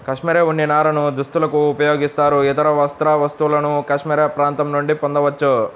cashmere ఉన్ని నారను దుస్తులకు ఉపయోగిస్తారు, ఇతర వస్త్ర వస్తువులను కాష్మెరె ప్రాంతం నుండి పొందవచ్చు